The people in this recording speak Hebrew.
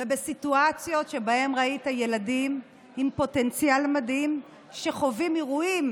ובסיטואציות שבהם ראית ילדים עם פוטנציאל מדהים שחווים אירועים